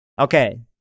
Okay